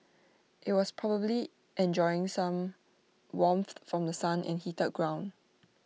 IT was probably enjoying some warmth from The Sun and heated ground